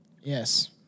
Yes